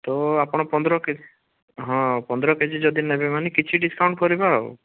ତ ଆପଣ ପନ୍ଦର କେଜି ହଁ ପନ୍ଦର କେଜି ଯଦି ନେବେ ମାନେ କିଛି ଡିସ୍କାଉଣ୍ଟ କରିବା ଆଉ